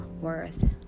worth